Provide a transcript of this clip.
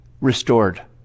restored